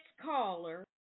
caller